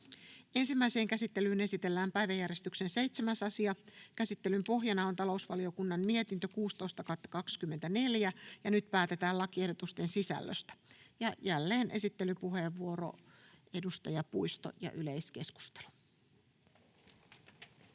Ensimmäiseen käsittelyyn esitellään päiväjärjestyksen 7. asia. Käsittelyn pohjana on talousvaliokunnan mietintö TaVM 16/2024 vp. Nyt päätetään lakiehdotusten sisällöstä. — Jälleen esittelypuheenvuoro, edustaja Puisto, ja yleiskeskustelu.